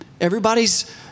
Everybody's